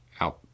out